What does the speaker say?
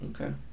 Okay